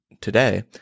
today